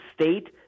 state